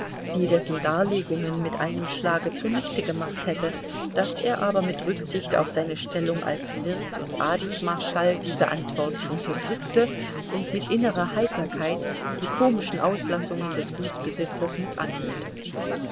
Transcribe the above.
die dessen darlegungen mit einem schlage zunichte gemacht hätte daß er aber mit rücksicht auf seine stellung als wirt und adelsmarschall diese antwort unterdrückte und mit innerer heiterkeit die komischen auslassungen des gutsbesitzers mit anhörte